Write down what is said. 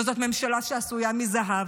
וזאת ממשלה שעשויה מזהב,